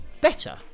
better